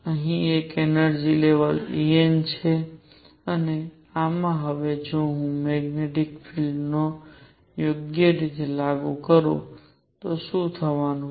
અહીં એક energy level En છે અને આમાં હવે જો હું મેગ્નેટિક ફીલ્ડ ને યોગ્ય રીતે લાગુ કરું તો શું થવાનું છે